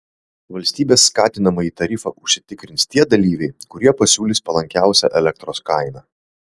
valstybės skatinamąjį tarifą užsitikrins tie dalyviai kurie pasiūlys palankiausią elektros kainą